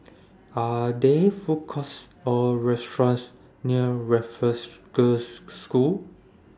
Are There Food Courts Or restaurants near Raffles Girls' School